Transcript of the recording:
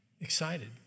excited